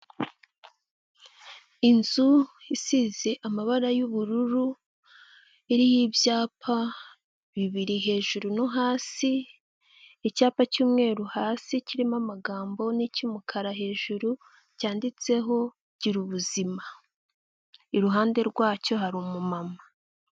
Inzu isize amabara y'ubururu iriho ibyapa bibiri hejuru no hasi, icyapa cy'umweru hasi kirimo amagambo n'icy'umukara hejuru cyanyanditseho gira ubuzima iruhande rwacyo hari umumama.